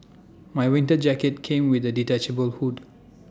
my winter jacket came with A detachable hood